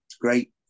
great